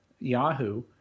Yahoo